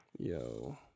Yo